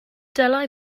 dylai